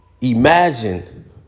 imagine